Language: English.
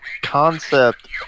concept